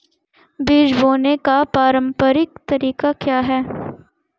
बीज बोने का पारंपरिक तरीका क्या है?